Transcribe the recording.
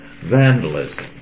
vandalism